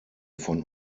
von